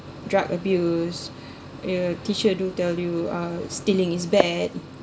drug abuse your teacher do tell you uh stealing is bad